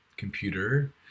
computer